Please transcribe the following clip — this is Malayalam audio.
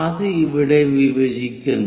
ഇത് ഇവിടെ വിഭജിക്കുന്നു